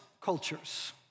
cultures